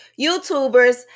YouTubers